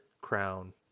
crown